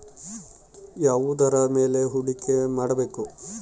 ಯಾವುದರ ಮೇಲೆ ಹೂಡಿಕೆ ಮಾಡಬೇಕು?